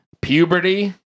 Puberty